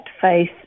faith